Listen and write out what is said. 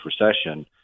recession